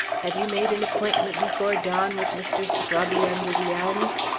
have you made an appointment before dawn with mr. scrobby under the elms?